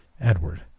Edward